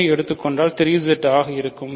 3 ஐ எடுத்துக் கொண்டாள் 3Z ஆக இருக்கும்